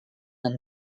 and